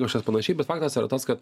kažkas panašiai bet faktas yra tas kad